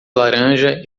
laranja